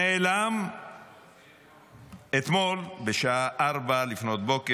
נעלם אתמול בשעה 04:00,